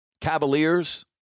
Cavaliers